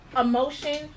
emotion